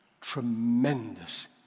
tremendous